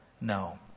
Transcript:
no